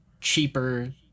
cheaper